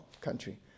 country